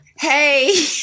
hey